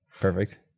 Perfect